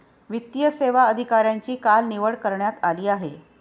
वित्तीय सेवा अधिकाऱ्यांची काल निवड करण्यात आली आहे